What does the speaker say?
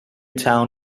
town